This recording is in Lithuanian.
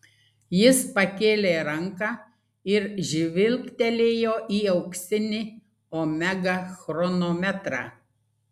jis pakėlė ranką ir žvilgtelėjo į auksinį omega chronometrą